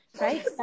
right